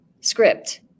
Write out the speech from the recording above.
script